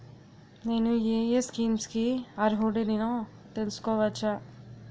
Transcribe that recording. నేను యే యే స్కీమ్స్ కి అర్హుడినో తెలుసుకోవచ్చా?